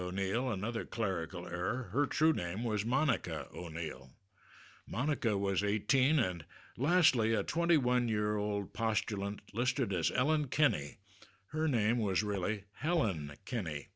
o'neill another clerical error her true name was monica o'neill monica was eighteen and lastly a twenty one year old postulant listed as ellen kenney her name was really helena kenn